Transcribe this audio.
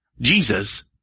Jesus